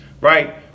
right